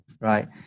right